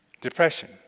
depression